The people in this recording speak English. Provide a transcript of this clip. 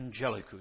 Angelicus